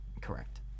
Correct